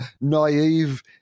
naive